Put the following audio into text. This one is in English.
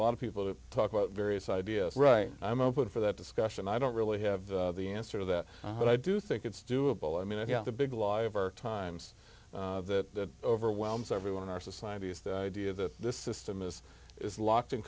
a lot of people to talk about various ideas right i'm open for that discussion i don't really have the answer to that but i do think it's doable i mean i think the big lie of our times that overwhelms everyone in our society is the idea that this system is is locked in